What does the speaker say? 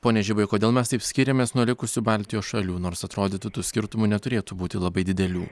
pone žibai o kodėl mes taip skiriamės nuo likusių baltijos šalių nors atrodytų tų skirtumų neturėtų būti labai didelių